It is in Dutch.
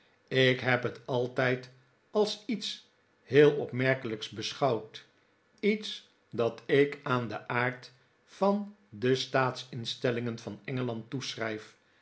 ik heb het altijd als lets heel opmerkelijks beschouwd iets dat ik aan den aard van de staatsinstellingen van engeland